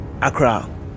accra